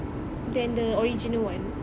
than the original one